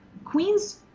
queens